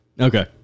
Okay